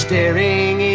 Staring